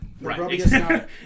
Right